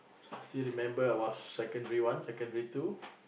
I still remember I was secondary one secondary two